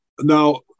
Now